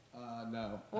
No